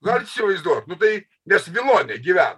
galit įsivaizduot nu tai nes vilone gyveno